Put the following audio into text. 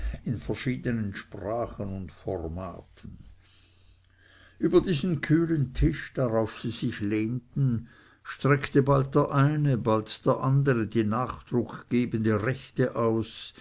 in verschiedenen sprachen und formaten über diesen kühlen tisch darauf sie sich lehnten streckte bald der eine bald der andere die nachdruckgebende rechte aus